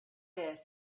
this